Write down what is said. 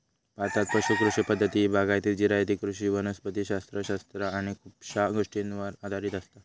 भारतात पुश कृषी पद्धती ही बागायती, जिरायती कृषी वनस्पति शास्त्र शास्त्र आणि खुपशा गोष्टींवर आधारित असता